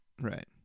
right